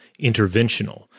interventional